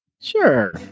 Sure